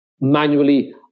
manually